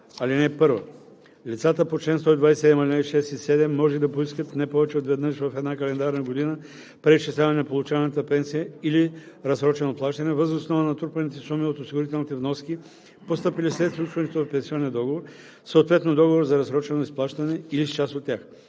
169г. (1) Лицата по чл. 127, ал. 6 и 7 може да поискат не повече от веднъж в една календарна година преизчисляване на получаваната пенсия или разсрочено плащане, въз основа на натрупаните суми от осигурителните вноски, постъпили след сключването на пенсионния договор, съответно договора за разсрочено изплащане, или с част от тях.